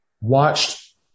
watched